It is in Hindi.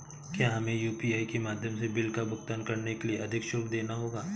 क्या हमें यू.पी.आई के माध्यम से बिल का भुगतान करने के लिए अधिक शुल्क देना होगा?